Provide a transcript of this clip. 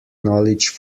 knowledge